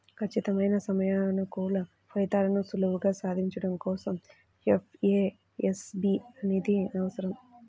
ఖచ్చితమైన సమయానుకూల ఫలితాలను సులువుగా సాధించడం కోసం ఎఫ్ఏఎస్బి అనేది అవసరం